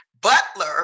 butler